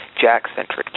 jack-centric